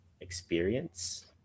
experience